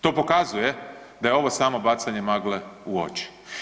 To pokazuje da je ovo samo bacanje magle u oči.